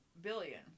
billion